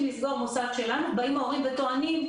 לסגור מוסד שלנו באים ההורים וטוענים: